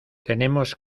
tenemos